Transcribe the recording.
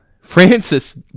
Francis